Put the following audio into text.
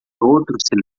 outro